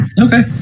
okay